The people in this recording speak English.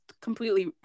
completely